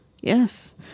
yes